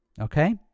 okay